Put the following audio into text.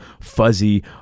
fuzzy